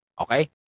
Okay